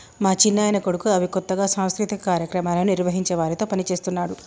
మా చిన్నాయన కొడుకు అవి కొత్తగా సాంస్కృతిక కార్యక్రమాలను నిర్వహించే వారితో పనిచేస్తున్నాడు